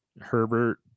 herbert